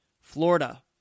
Florida